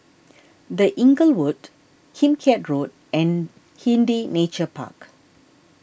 the Inglewood Kim Keat Road and Hindhede Nature Park